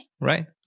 Right